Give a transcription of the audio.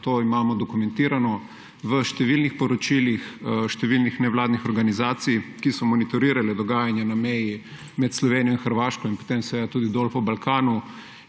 to imamo dokumentirano. V številnih poročilih številnih nevladnih organizacij, ki so monitorirale dogajanje na meji med Slovenijo in Hrvaško in potem seveda tudi dol po Balkanu